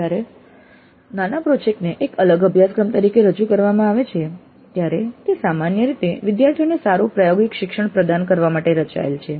જ્યારે નાના પ્રોજેક્ટ ને એક અલગ અભ્યાસક્રમ તરીકે રજૂ કરવામાં આવે છે ત્યારે તે સામાન્ય રીતે વિદ્યાર્થીઓને સારું પ્રાયોગિક શિક્ષણ પ્રદાન કરવા માટે રચાયેલ છે